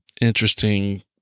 interesting